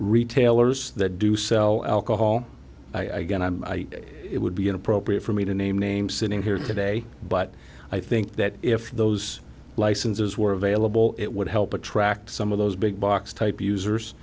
retailers that do sell alcohol i get i think it would be inappropriate for me to name names sitting here today but i think that if those licenses were available it would help attract some of those big box type